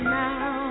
now